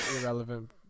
irrelevant